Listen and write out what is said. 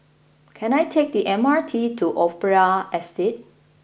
can I take the M R T to Opera Estate